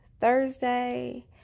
Thursday